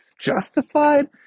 justified